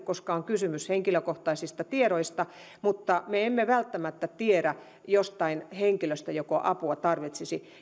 koska on kysymys henkilökohtaisista tiedoista mutta me emme välttämättä tiedä jostain henkilöstä joka apua tarvitsisi